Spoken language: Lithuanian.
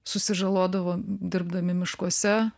susižalodavo dirbdami miškuose